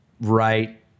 right